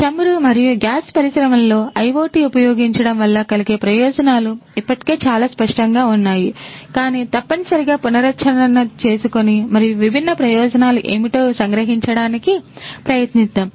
చమురు మరియు గ్యాస్ పరిశ్రమలలో IoT ఉపయోగించడం వల్ల కలిగే ప్రయోజనాలు ఇప్పటికే చాలా స్పష్టంగా ఉన్నాయి కాని తప్పనిసరిగా పునశ్చరణ చేసుకుని మరియు విభిన్న ప్రయోజనాలు ఏమిటో సంగ్రహించడానికి ప్రయత్నిద్దాం